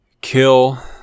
kill